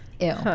Ew